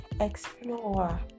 explore